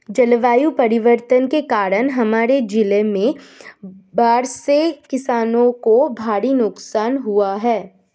जलवायु परिवर्तन के कारण हमारे जिले में बाढ़ से किसानों को भारी नुकसान हुआ है